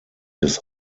des